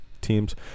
teams